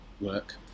work